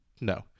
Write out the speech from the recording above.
no